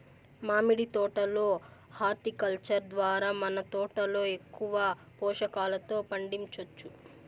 మామిడి తోట లో హార్టికల్చర్ ద్వారా మన తోటలో ఎక్కువ పోషకాలతో పండించొచ్చు